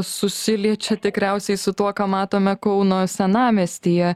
susiliečia tikriausiai su tuo ką matome kauno senamiestyje